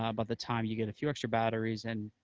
ah but the time you get a few extra batteries and